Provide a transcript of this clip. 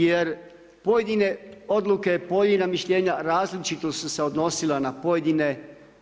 Jer pojedine odluke, pojedina mišljenja različito su se odnosila na pojedine